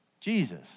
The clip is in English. Jesus